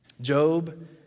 Job